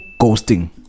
ghosting